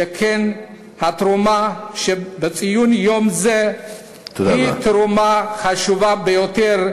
שכן התרומה שבציון יום זה היא תרומה חשובה ביותר,